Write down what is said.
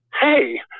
hey